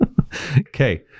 Okay